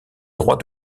droit